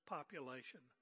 population